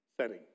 setting